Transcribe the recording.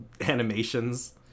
animations